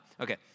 Okay